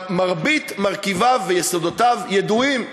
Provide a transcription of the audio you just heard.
אלא גם מרבית מרכיביו ויסודותיו ידועים.